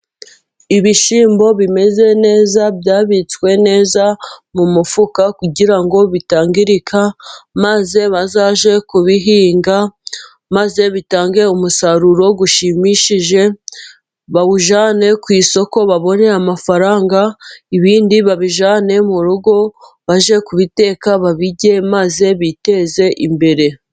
Ibishyimbo bimeze neza, byabitswe neza mu mifuka kugira ngo bitangirika, maze bazajye kubihinga, maze bitange umusaruro ushimishije, bawujyane ku isoko babone amafaranga. Ibindi babijyane mu rugo bajye kubiteka babirye maze biteze imbere.